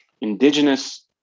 indigenous